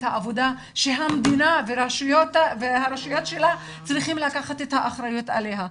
העבודה שהמדינה והרשויות שלה צריכים לקחת את האחריות עליה.